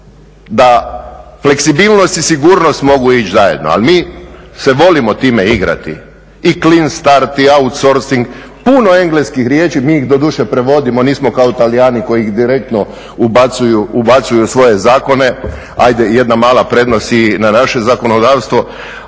da fleksibilnost i sigurnost mogu ići zajedno. Ali mi se volimo time igrati i clean start i outsourcing, puno engleskih riječi. Mi ih doduše prevodimo, nismo kao Talijani koji ih direktno ubacuju u svoje zakone. Hajde jedna mala prednost i na naše zakonodavstvo.